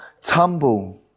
tumble